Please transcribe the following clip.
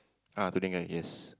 ah today collect yes